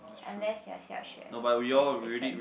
unless your Xiaxue that is different